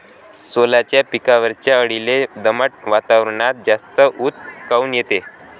सोल्याच्या पिकावरच्या अळीले दमट वातावरनात जास्त ऊत काऊन येते?